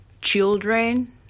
children